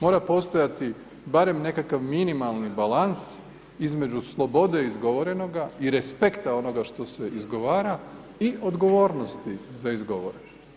Mora postojati barem nekakav minimalni balans između slobode izgovorenoga i respekta onoga što se izgovara i odgovornosti za izgovoreno.